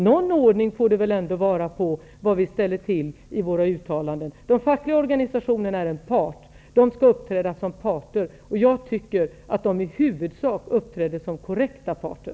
Någon ordning får det väl ändå vara på våra uttalanden. De fackliga organisationerna är en part; de skall uppträda som parter. Jag tycker att de i huvudsak uppträder som korrekta parter.